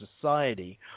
society